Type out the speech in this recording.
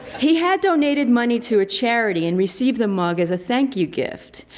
he had donated money to a charity and received the mug as a thank you gift.